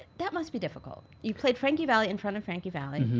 that must be difficult. you played frankie valli in front of frankie valli.